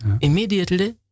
Immediately